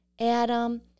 Adam